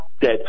dead